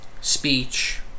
speech